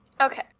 Okay